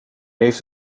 heeft